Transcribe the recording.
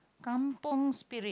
Kampung spirit